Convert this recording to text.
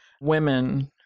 women